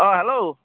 অঁ হেল্ল'